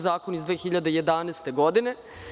Zakon je iz 2011. godine.